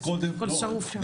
הכל שרוף שם.